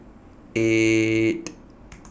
eight